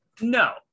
No